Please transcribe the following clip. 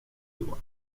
его